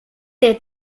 der